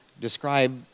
Describe